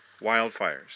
wildfires